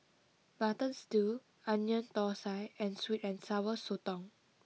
mutton stew onion Thosai and sweet and sour Sotong